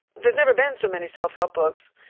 there's never been so many self-help books.